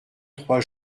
trois